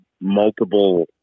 multiple